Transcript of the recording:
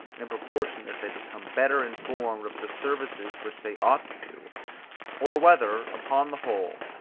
in proportion as they become better informed of the services which they ought to do or whether, upon the whole,